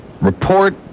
Report